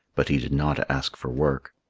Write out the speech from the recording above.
but he did not ask for work.